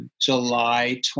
July